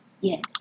Yes